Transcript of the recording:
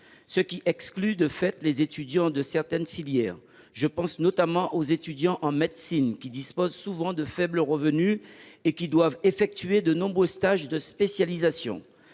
ce qui exclut de fait les étudiants de certaines filières. Je pense notamment aux étudiants en médecine qui disposent souvent de faibles revenus et qui doivent effectuer de nombreux stages de spécialisation.